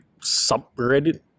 subreddit